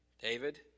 David